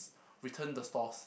return the stores